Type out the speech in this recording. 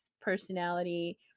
personality